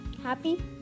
Happy